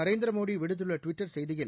நரேந்திரமோடி விடுத்துள்ள டுவிட்டர் செய்தியில்